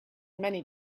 many